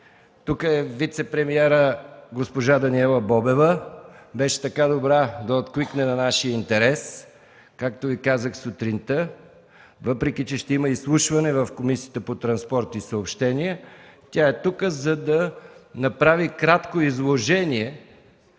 Тук е вицепремиерът госпожа Даниела Бобева – беше така добра да откликне на нашия интерес. Както Ви казах сутринта, въпреки че ще има изслушване в Комисията по транспорт, информационни технологии и съобщения, тя е тук, за да направи кратко изложение